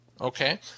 Okay